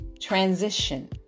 transition